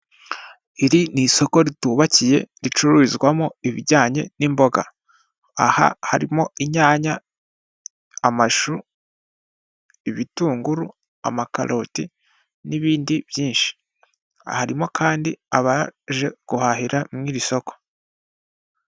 Iri ni isoko ritubakiye ricururizwamo ibijyanye n'imboga, aha harimo inyanya, amashu, ibitunguru, amakaroti n'ibindi byinshi harimo kandi abaje guhahira muri iri soko.